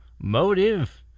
Motive